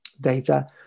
data